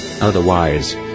Otherwise